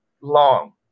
long